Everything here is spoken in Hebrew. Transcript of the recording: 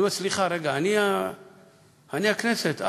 אני אומר: סליחה, רגע, אני הכנסת.